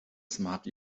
smart